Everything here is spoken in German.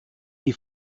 die